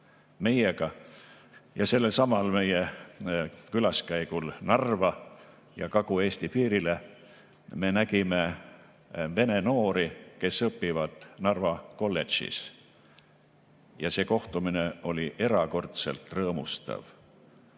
meiega. Sellelsamal meie külaskäigul Narva ja Kagu-Eesti piirile me nägime Vene noori, kes õpivad Narva kolledžis, ja see kohtumine oli erakordselt rõõmustav.